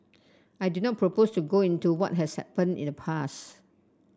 I do not propose to go into what has happened in the past